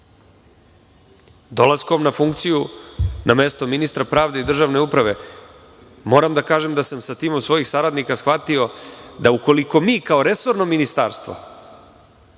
Dolaskom na funkciju na mesto pravde i državne uprave, moram da kažem da sam sa timom svojih saradnika shvatio da ukoliko mi, kao resorno ministarstvo,